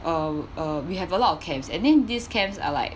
uh uh we have a lot of camps and then these camps are like